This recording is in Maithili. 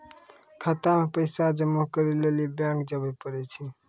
खाता मे पैसा जमा करै लेली बैंक जावै परै छै